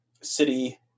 city